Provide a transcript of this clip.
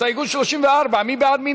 הסתייגות 33, מי בעד?